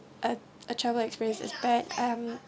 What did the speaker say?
a a travel experience is bad um